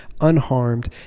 unharmed